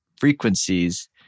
frequencies